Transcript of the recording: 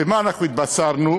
ומה התבשרנו?